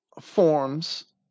forms